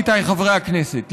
עמיתיי חברי הכנסת,